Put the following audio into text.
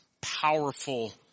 powerful